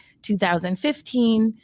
2015